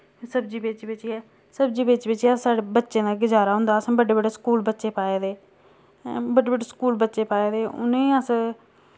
सब्जी बेची बेचियै सब्जी बेची बेचियै अस साढ़े बच्चें दा गुजारा होंदा असैं बड्डे बड्डे स्कूल बच्चे पाए दे बड्डे बड्डे स्कूल बच्चे पाए दे उ'नें अस